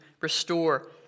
restore